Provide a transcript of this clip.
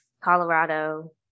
Colorado